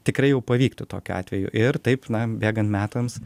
tikrai jau pavyktų tokiu atveju ir taip na bėgant metams